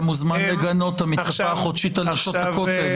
אתה מוזמן לגנות את המתקפה החודשית על נשות הכותל,